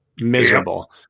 Miserable